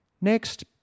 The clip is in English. Next